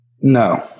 No